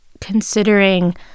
considering